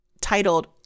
titled